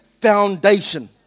foundation